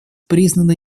признаны